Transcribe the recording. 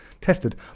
tested